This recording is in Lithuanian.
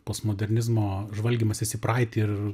postmodernizmo žvalgymasis į praeitį ir